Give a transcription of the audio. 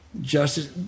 justice